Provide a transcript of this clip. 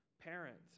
parents